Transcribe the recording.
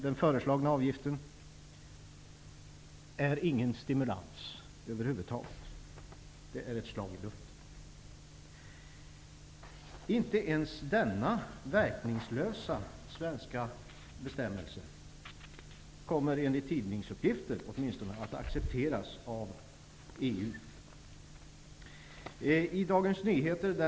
Den föreslagna avgiften är över huvud taget ingen stimulans. Den är ett slag i luften. Inte ens denna verkningslösa svenska bestämmelse kommer, åtminstone enligt tidningsuppgifter, att accepteras av EU.